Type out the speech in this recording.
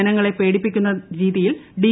ജനങ്ങളെ പേടിപ്പിക്കുന്ന രീതിയിൽ ഡി